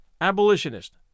abolitionist